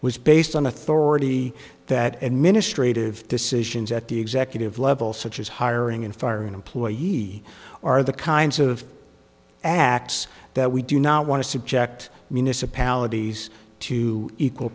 was based on authority that administrative decisions at the executive level such as hiring and firing an employee ye are the kinds of acts that we do not want to subject municipalities to equal